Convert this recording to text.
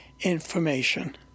information